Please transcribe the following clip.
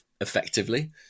effectively